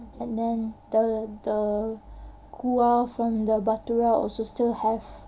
and then the the kuah from the bhatoora also still have